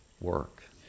work